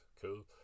cool